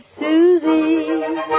Susie